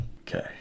Okay